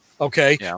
Okay